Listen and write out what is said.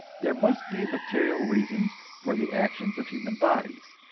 there must be material reasons for the actions of human bodies,